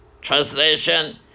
Translation